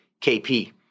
KP